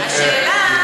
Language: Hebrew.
השאלה,